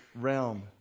realm